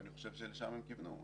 ואני חושב שלשם הם כיוונו.